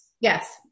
Yes